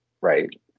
right